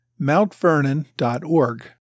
mountvernon.org